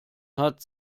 hat